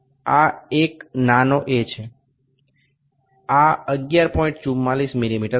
এটি ছোট হাতের a এটি ১১৪৪ মিমি এর সমান